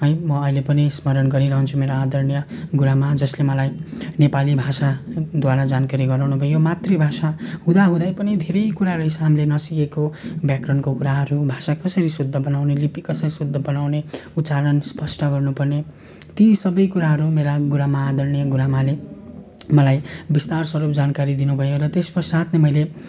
है म अहिले पनि स्मरण गरिरहन्छु मेरो आदरणीय गुरुआमा जसले मलाई नेपाली भाषाद्वारा जानकारी गराउनुभयो मातृभाषा हुँदाहुँदै पनि धेरै कुरा रहेछ हामीले नसिकेको व्याकरणको कुराहरू भाषा कसरी शुद्ध बनाउने लिपि कसरी शुद्ध बनाउने उच्चारण स्पष्ट गर्नुपर्ने ती सबै कुराहरू मेरा गुरुआमा अदरणीय गुरुआमाले मलाई विस्तारस्वरूप जानकारी दिनुभयो र त्यसपश्चात नै मैले